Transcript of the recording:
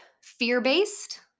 fear-based